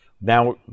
now